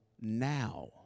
now